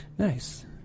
Nice